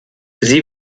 sie